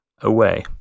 away